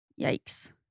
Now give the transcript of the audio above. yikes